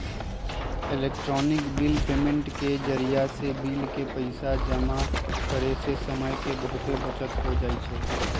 electronic bill payment के जरियासे bill के पइसा जमा करेयसे समय के बहूते बचत हो जाई छै